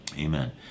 Amen